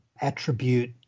attribute